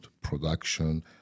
production